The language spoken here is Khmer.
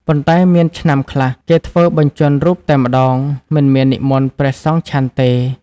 ប៉ុន្តែមានឆ្នាំ ខ្លះ គេធ្វើបញ្ជាន់រូបតែម្តង មិនមាននិមន្តព្រះសង្ឃឆាន់ទេ ។